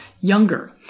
younger